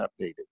updated